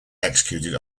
executed